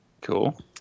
Cool